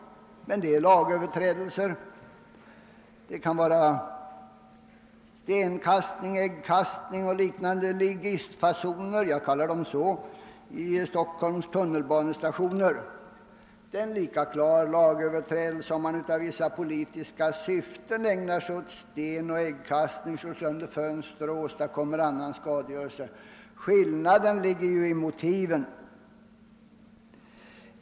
Ligistuppträden vid Stockholms tunnelbanestationer är lagöverträdelser, men det är lika klara lagöverträdelser att i politiskt syfte kasta sten eller ägg eller slå sönder fönster eller åstadkomma annan skadegörelse. Skillnaden ligger i motiven.